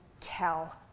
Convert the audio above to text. tell